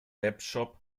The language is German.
webshop